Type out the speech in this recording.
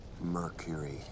Mercury